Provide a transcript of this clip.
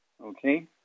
okay